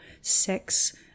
sex